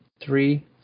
Three